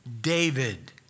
David